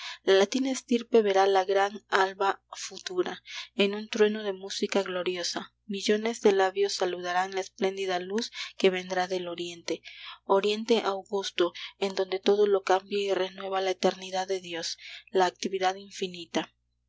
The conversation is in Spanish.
latina estirpe verá la gran alba futura en un trueno de música gloriosa millones de labios saludarán la espléndida luz que vendrá del oriente oriente augusto en donde todo lo cambia y renueva la eternidad de dios la actividad infinita